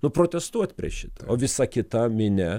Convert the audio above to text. nu protestuot prieš šitą o visa kita minia